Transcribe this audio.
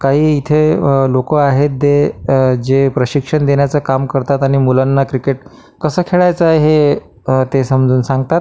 काही इथे लोकं आहेत दे जे प्रशिक्षण देण्याचं काम करतात आणि मुलांना क्रिकेट कसं खेळायचं आहे हे ते समजावून सांगतात